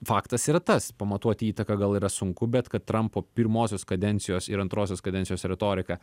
faktas yra tas pamatuoti įtaką gal yra sunku bet kad trampo pirmosios kadencijos ir antrosios kadencijos retorika